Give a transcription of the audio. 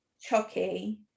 Chucky